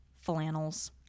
flannels